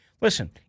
Listen